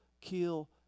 kill